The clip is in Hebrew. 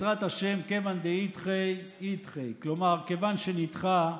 "כיוון דאידחי אידחי", כלומר כיוון שנדחה,